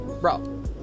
Bro